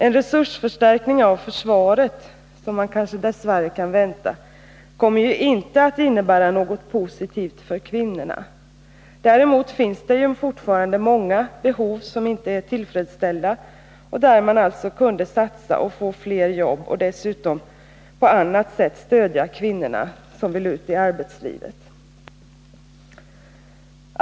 En resursförstärkning av försvaret, som man kanske dess värre kan vänta, kommer ju inte att innebära något positivt för kvinnorna. Däremot finns det 161 fortfarande många områden där behoven inte är tillfredsställda och där man alltså kan satsa och få fler jobb och dessutom på annat sätt stödja de kvinnor som vill ut i arbetslivet.